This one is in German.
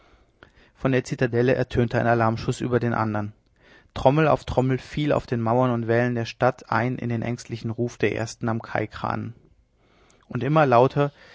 von der zitadelle ertönte ein alarmschuß über den andern trommel auf trommel fiel auf den mauern und wällen der stadt ein in den ängstlichen ruf der ersten am kaikranen und immer lauter